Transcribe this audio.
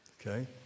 Okay